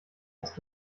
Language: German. hast